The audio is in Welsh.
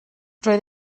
roedd